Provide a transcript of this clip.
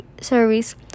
Service